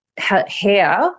hair